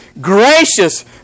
gracious